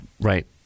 Right